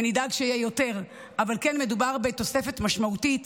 ונדאג שיהיה יותר, אבל כן מדובר בתוספת משמעותית,